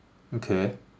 okay